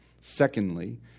Secondly